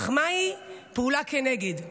אך מהי פעולה כנגד?